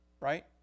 right